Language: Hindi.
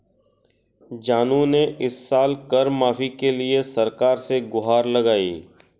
जानू ने इस साल कर माफी के लिए सरकार से गुहार लगाई